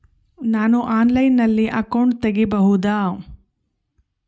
ನಾನು ಆನ್ಲೈನಲ್ಲಿ ಅಕೌಂಟ್ ತೆಗಿಬಹುದಾ?